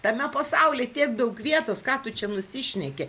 tame pasauly tiek daug vietos ką tu čia nusišneki